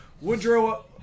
Woodrow